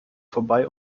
vorbei